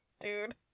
Dude